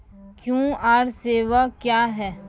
QR सेवा क्या हैं?